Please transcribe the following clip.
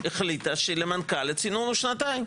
החליטה שלמנכ"ל הצינון הוא שנתיים,